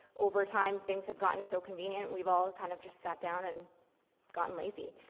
over time, things have gotten so convenient. we've all kind of just sat down and gotten lazy.